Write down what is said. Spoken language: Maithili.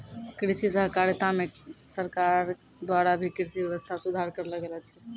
कृषि सहकारिता मे सरकार द्वारा भी कृषि वेवस्था सुधार करलो गेलो छै